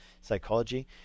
psychology